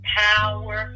power